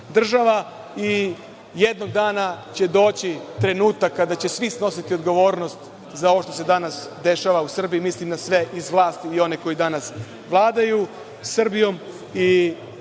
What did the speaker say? država. Jednog dana će doći trenutak kada će svi snositi odgovornost za ovo što se danas dešava u Srbiji, mislim na sve iz vlasti i na one koji danas vladaju Srbijom. Žao